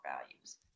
values